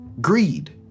greed